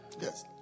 Yes